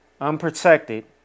unprotected